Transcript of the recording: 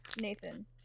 Nathan